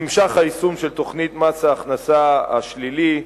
נמשך היישום של תוכנית מס ההכנסה השלילי.